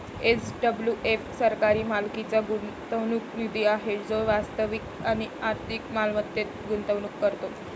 SWF सरकारी मालकीचा गुंतवणूक निधी आहे जो वास्तविक आणि आर्थिक मालमत्तेत गुंतवणूक करतो